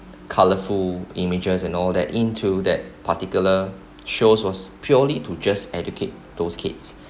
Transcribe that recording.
colourful images and all that into that particular shows was purely to just educate those kids